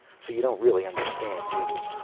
so you don't really understand, do you?